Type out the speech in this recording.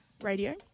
radio